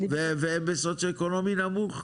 והם בסוציואקונומי נמוך,